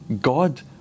God